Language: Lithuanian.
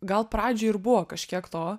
gal pradžioj ir buvo kažkiek to